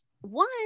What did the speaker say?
One